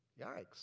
Yikes